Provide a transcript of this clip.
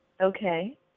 Okay